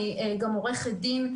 אני גם עורכת דין.